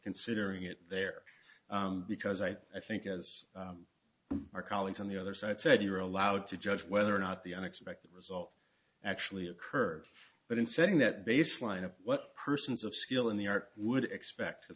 considering it there because i think as our colleagues on the other side said you are allowed to judge whether or not the unexpected result actually occurred but in saying that baseline of what persons of skill in the art would expect